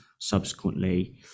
subsequently